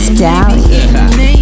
Stallion